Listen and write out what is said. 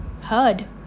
heard